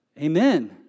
Amen